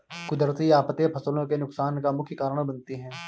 कुदरती आफतें फसलों के नुकसान का मुख्य कारण बनती है